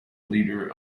leader